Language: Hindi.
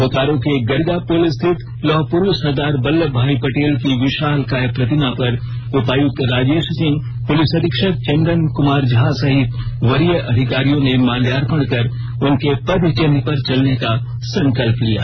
बोकारो के गरगा पुल स्थित लौह पुरुष सरदार बल्लभ भाई पटेल की विशालकाय प्रतिमा पर उपायुक्त राजेश सिंह पुलिस अधीक्षक चंदन कुमार झा सहित वरीय अधिकारियों ने माल्यार्पण कर उनके पदचिन्ह पर चलने का संकल्प लिया